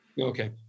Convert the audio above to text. okay